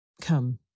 Come